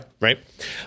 Right